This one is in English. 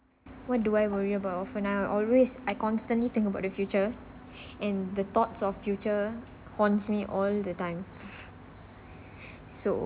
what do I worry about uh for now always I constantly think about the future and the thoughts of future haunts me all the time so